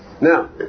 Now